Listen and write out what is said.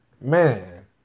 Man